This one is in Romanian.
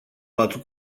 patru